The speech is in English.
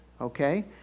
okay